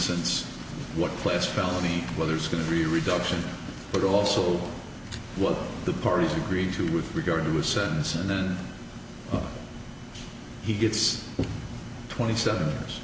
since what class felony weather's going to be reduction but also what the parties agreed to with regard to his sentence and then he gets twenty seven years